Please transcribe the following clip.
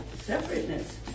separateness